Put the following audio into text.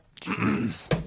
Jesus